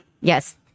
Yes